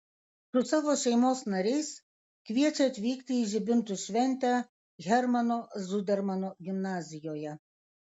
su savo šeimos nariais kviečia atvykti į žibintų šventę hermano zudermano gimnazijoje